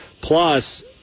plus